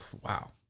Wow